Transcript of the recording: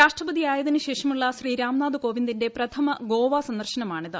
രാഷ്ട്രപതിയായതീന് ശേഷമുള്ള ശ്രീ രാംനാഥ് കോവിന്ദിന്റെ പ്രഥമ ഗോവാ സന്ദർശ്നമാണിത്